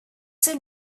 soon